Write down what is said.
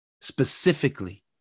specifically